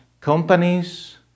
companies